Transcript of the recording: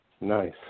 Nice